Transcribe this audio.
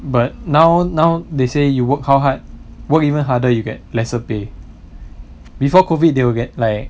but now now they say you work how hard work even harder you get lesser pay before COVID they will get like